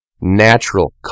natural